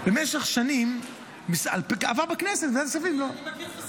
במשך שנים, עבר בכנסת ואין סביב לו.